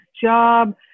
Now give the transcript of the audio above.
job